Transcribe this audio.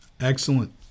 Excellent